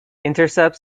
intercepts